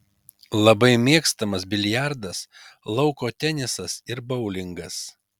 labai mėgstamas biliardas lauko tenisas ir boulingas